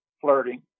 flirting